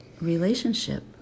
relationship